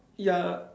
ya